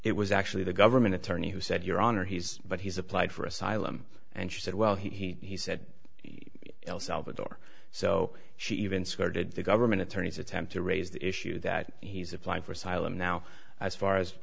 it was actually the government attorney who said your honor he's but he's applied for asylum and she said well he said you know salvador so she even started the government attorneys attempt to raise the issue that he's applying for asylum now as far as